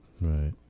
Right